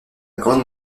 grande